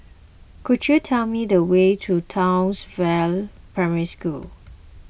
could you tell me the way to Townsville Primary School